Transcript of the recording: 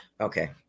Okay